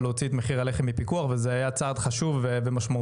להוציא את מחירי הלחם מפיקוח וזה היה צעד חשוב ומשמעותי,